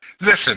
Listen